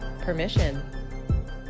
permission